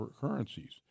currencies